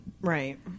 Right